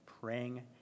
praying